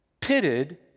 pitted